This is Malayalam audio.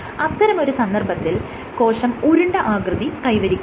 അത്തരമൊരു സന്ദർഭത്തിൽ കോശം ഉരുണ്ട ആകൃതി കൈവരിക്കുന്നു